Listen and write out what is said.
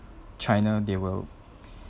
china they will